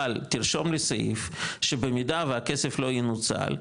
אבל תרשום לי סעיף שבמידה והכסף, לא ינוצל,